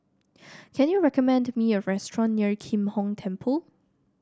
can you recommend me a restaurant near Kim Hong Temple